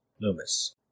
Loomis